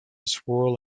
swirl